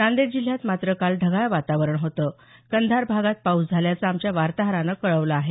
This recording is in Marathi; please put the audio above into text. नांदेड जिल्ह्यात मात्र काल ढगाळ वातावरण होतं कंधार भागात पाऊस झाल्याचं आमच्या वार्ताहरानं कळवलं आहे